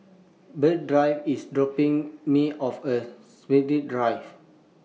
Berdie IS dropping Me off At Shepherds Drive